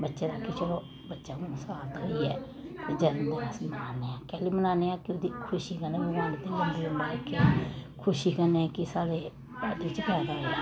बच्चे दा कि चलो बच्चा हून साल दा होई गेआ ऐ ते जनमदिन अस मनाने आं कैह्ल्ली बनाने कि उं'दी खुशी कन्नै खुशी कन्नै कि साढ़े घर च पैदा होएआ ऐ